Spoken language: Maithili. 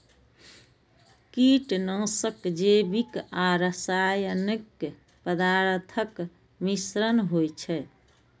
कीटनाशक जैविक आ रासायनिक पदार्थक मिश्रण होइ छै